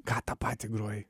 ką tą patį groji